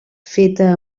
feta